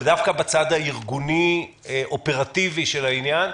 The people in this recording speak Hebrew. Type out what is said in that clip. דווקא בצד הארגוני-אופרטיבי של העניין,